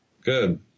Good